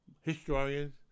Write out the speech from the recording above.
historians